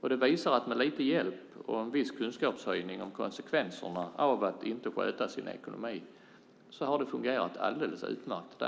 Med lite hjälp och med viss kunskapshöjning om konsekvenserna av att inte sköta sin ekonomi har det därefter fungerat alldeles utmärkt.